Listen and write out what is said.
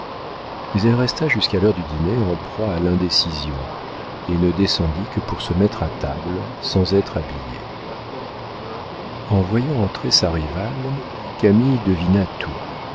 mais elle resta jusqu'à l'heure du dîner en proie à l'indécision et ne descendit que pour se mettre à table sans être habillée en voyant entrer sa rivale camille devina tout